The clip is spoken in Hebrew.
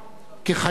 כחייל,